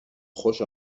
خوش